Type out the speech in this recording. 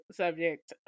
subject